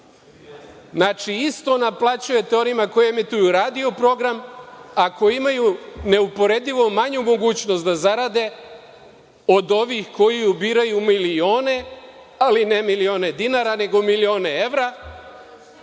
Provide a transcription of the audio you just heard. Znači, isto naplaćujete onima koji emituju radio program, a koji imaju neuporedivo manju mogućnost da zarade od ovih koji ubiraju milione ali ne milione dinara, nego milione evra